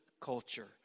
culture